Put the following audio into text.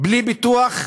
בלי ביטוח.